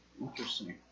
Interesting